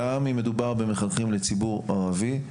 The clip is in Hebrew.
גם אם מדובר במחנכים לציבור ערבי,